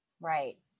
Right